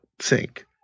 sink